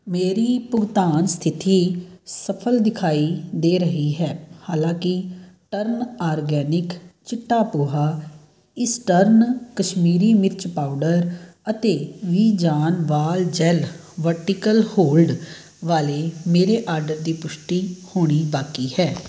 ਮੇਰੀ ਭੁਗਤਾਨ ਸਥਿੱਤੀ ਸਫਲ ਦਿਖਾਈ ਦੇ ਰਹੀ ਹੈ ਹਾਲਾਂਕਿ ਟਰਨ ਆਰਗੈਨਿਕ ਚਿੱਟਾ ਪੋਹਾ ਇਸਟਰਨ ਕਸ਼ਮੀਰੀ ਮਿਰਚ ਪਾਊਡਰ ਅਤੇ ਵਿਜਾਨ ਵਾਲ ਜੈੱਲ ਵਰਟੀਕਲ ਹੋਲਡ ਵਾਲੇ ਮੇਰੇ ਆਰਡਰ ਦੀ ਪੁਸ਼ਟੀ ਹੋਣੀ ਬਾਕੀ ਹੈ